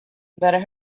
better